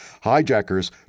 Hijackers